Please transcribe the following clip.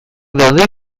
daude